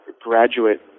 graduate